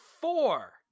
four